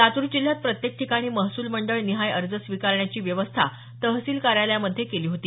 लातूर जिल्ह्यात प्रत्येक ठिकाणी महसूल मंडळ निहाय अर्ज स्वीकारण्याची व्यवस्था तहसील कार्यालयामध्ये केली होती